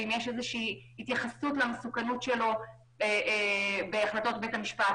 האם יש התייחסות למסוכנות שלו בהחלטות בית המשפט.